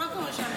מה קורה שם?